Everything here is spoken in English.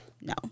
No